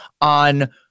on